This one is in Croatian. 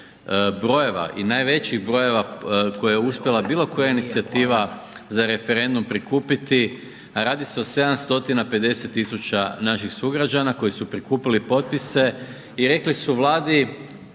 brojeva i najvećih brojeva koje uspjela bilokoja inicijativa za referendum prikupiti, radi o 750 000naših sugrađana koji su prikupili potpise i rekli su Vladi